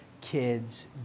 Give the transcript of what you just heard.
kids